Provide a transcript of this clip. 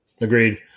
Agreed